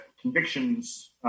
convictions